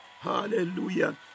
Hallelujah